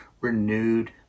renewed